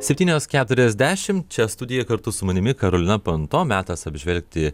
septynios keturiasdešim čia studijoje kartu su manimi karolina panto metas apžvelgti